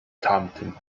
tamtym